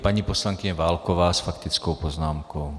Paní poslankyně Válková s faktickou poznámkou.